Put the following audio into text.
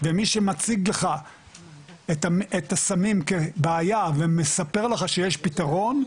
ומי שמציג לך את הסמים כבעיה ומספר לך שיש פתרון,